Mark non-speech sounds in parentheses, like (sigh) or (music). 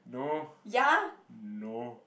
no (breath) no